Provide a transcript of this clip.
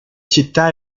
città